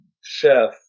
chef